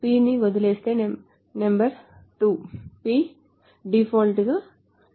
P ని వదిలేస్తే number 2 P default గా నిజం